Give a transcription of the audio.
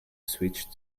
switched